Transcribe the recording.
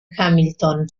hamilton